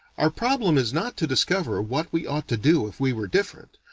our problem is not to discover what we ought to do if we were different,